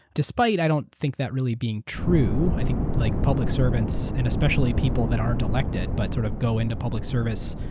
despite i don't think that really is true. i think like public servants, and especially people that aren't elected, but sort of go into public service,